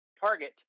target